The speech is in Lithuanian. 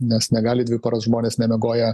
nes negali dvi paras žmonės nemiegoję